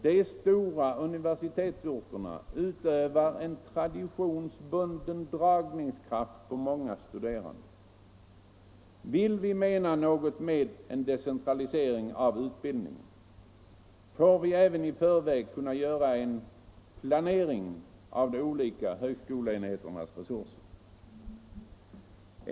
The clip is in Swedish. De stora universitetsorterna utövar en traditionsbunden dragningskraft på många studerande. Vill vi mena något med en decentralisering av utbildningen, får vi även i förväg planera för de olika högskoleenheternas resurser.